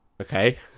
Okay